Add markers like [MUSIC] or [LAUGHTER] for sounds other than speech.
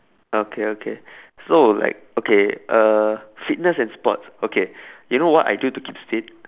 okay okay [BREATH] so like okay uh fitness and sports okay you know what I do to keeps fit